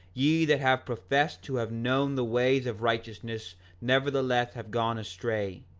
ye that have professed to have known the ways of righteousness nevertheless have gone astray,